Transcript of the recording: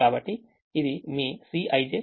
కాబట్టి ఇది మీ Cij Xij